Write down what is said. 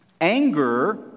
Anger